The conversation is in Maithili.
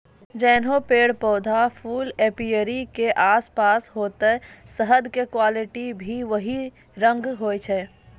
जैहनो पेड़, पौधा, फूल एपीयरी के आसपास होतै शहद के क्वालिटी भी वही रंग होय छै